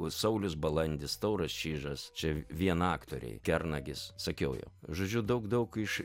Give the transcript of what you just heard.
saulius balandis tauras čižas čia vien aktoriai kernagis sakiau jau žodžiu daug daug iš